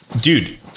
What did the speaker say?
dude